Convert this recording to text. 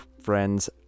friends